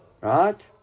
Right